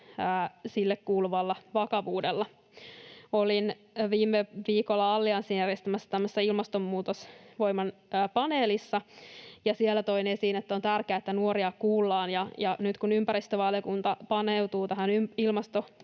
sille kuuluvalla vakavuudella. Olin viime viikolla Allianssin järjestämässä Ilmastonmuutosvoima-paneelissa ja siellä toin esiin, että on tärkeää, että nuoria kuullaan. Nyt kun ympäristövaliokunta paneutuu tähän ilmastovuosikertomuksen